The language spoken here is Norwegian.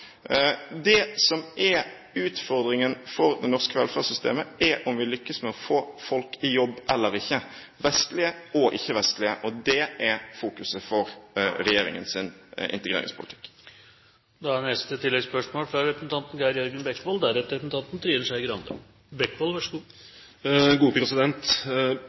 Det som er utfordringen for det norske velferdssystemet, er om vi lykkes med å få folk i jobb eller ikke, vestlige og ikke-vestlige. Det er fokuset for regjeringens integreringspolitikk.